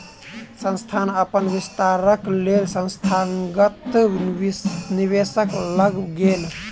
संस्थान अपन विस्तारक लेल संस्थागत निवेशक लग गेल